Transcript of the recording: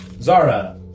Zara